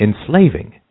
enslaving